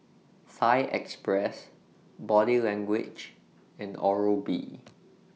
Thai Express Body Language and Oral B